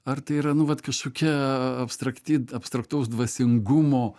ar tai yra nu vat kažkokia abstrakti abstraktaus dvasingumo